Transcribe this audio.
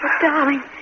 darling